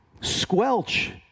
squelch